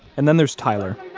and then there's tyler,